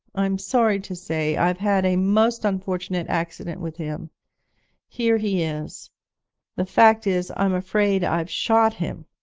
i'm sorry to say i've had a most unfortunate accident with him here he is the fact is, i'm afraid i've shot him